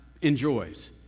enjoys